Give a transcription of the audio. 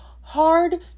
hard